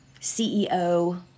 CEO